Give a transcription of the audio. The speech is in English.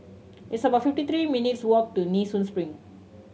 it's about fifty three minutes' walk to Nee Soon Spring